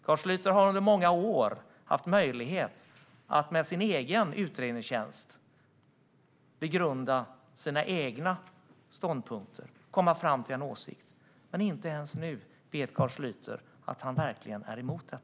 Carl Schlyter har under många år haft möjlighet att med sin egen utredningstjänst begrunda sina egna ståndpunkter och komma fram till en åsikt, men inte ens nu vet Carl Schlyter att han verkligen är emot detta.